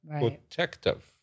protective